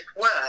work